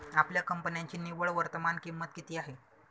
आपल्या कंपन्यांची निव्वळ वर्तमान किंमत किती आहे?